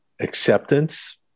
acceptance